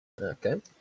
Okay